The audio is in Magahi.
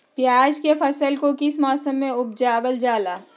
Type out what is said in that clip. प्याज के फसल को किस मौसम में उपजल जाला?